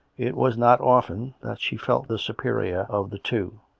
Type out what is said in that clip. it was not often that she felt the superior of the two